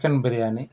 chicken biryani